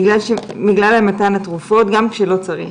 על מתן התרופות גם כשלא צריך.